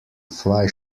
fly